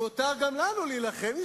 מותר גם לנו להילחם.